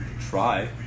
Try